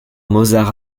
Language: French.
mozart